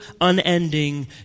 unending